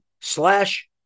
slash